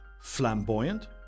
flamboyant